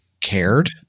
cared